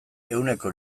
ehuneko